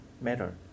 matter